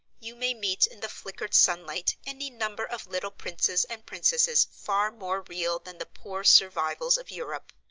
you may meet in the flickered sunlight any number of little princes and princesses far more real than the poor survivals of europe.